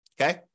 Okay